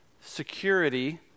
security